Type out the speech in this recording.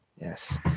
Yes